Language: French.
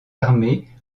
armées